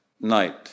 night